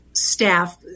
Staff